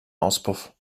auspuff